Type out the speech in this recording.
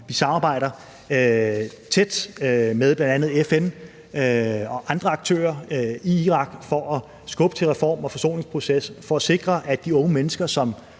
vi samarbejder tæt med bl.a. FN og andre aktører i Irak for at skubbe til reform- og forsoningsprocessen, for at sikre, at de unge mennesker, som